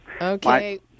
Okay